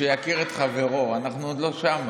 משיכיר את חברו, אנחנו עוד לא שם,